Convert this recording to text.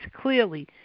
clearly